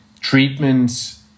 treatments